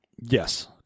Yes